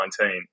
2019